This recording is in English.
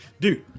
Dude